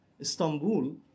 Istanbul